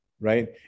Right